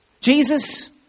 Jesus